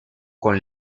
con